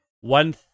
one